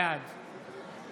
בעד חמד עמאר, בעד עודד